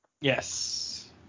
Yes